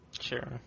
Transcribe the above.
Sure